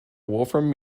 wolfram